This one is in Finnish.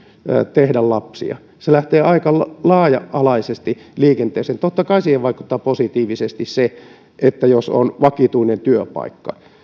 tehdä lapsia se lähtee aika laaja alaisesti liikenteeseen totta kai siihen vaikuttaa positiivisesti se jos on vakituinen työpaikka